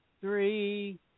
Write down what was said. three